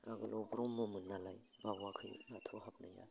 आगोलाव ब्रह्ममोन नालाय बावाखै बाथौआव हाबनाया